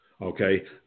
Okay